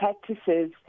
practices